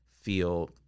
feel